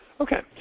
Okay